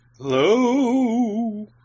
Hello